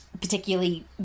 particularly